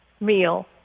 meal